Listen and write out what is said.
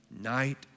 night